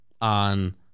on